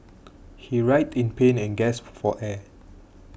he writhed in pain and gasped for air